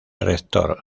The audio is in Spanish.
rector